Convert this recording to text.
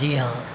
جی ہاں